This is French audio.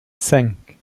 cinq